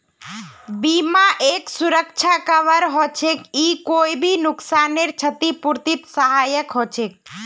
बीमा एक सुरक्षा कवर हछेक ई कोई भी नुकसानेर छतिपूर्तित सहायक हछेक